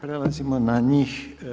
Prelazimo na njih.